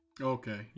Okay